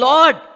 Lord